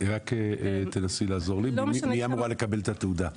רק תנסי לעזור לי, ממי היא אמורה לקבל את התעודה?